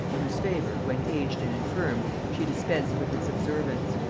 in whose favor, when aged and infirm, she dispensed with its observance.